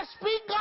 Speak